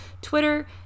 Twitter